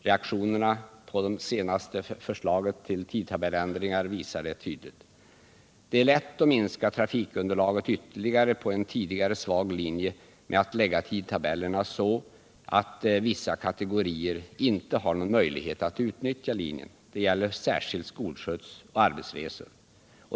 Reaktionerna på det senaste förslaget till tidtabelländringar visar detta tydligt. Det är lätt att minska trafikunderlaget ytterligare på en tidigare svag linje genom att lägga tidtabellerna så att vissa kategorier inte har någon möjlighet att utnyttja linjen. Detta gäller särskilt skolskjutsoch arbetsresor.